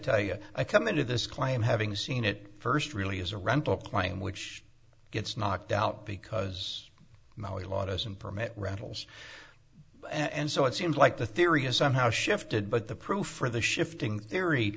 tell you i come into this client having seen it first really as a rental plan which gets knocked out because mali law doesn't permit rentals and so it seems like the theory is somehow shifted but the proof for the shifting theory